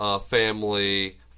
family